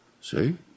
See